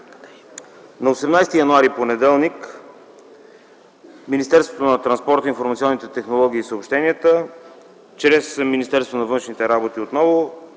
На 18 януари т.г., понеделник, Министерството на транспорта, информационните технологии и съобщенията отново чрез Министерството на външните работи изпрати